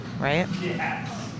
Right